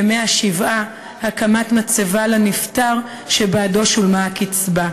ימי השבעה, הקמת מצבה לנפטר, שבעדו שולמה הקצבה.